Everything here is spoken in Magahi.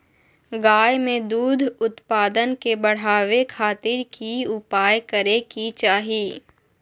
गाय में दूध उत्पादन के बढ़ावे खातिर की उपाय करें कि चाही?